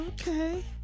Okay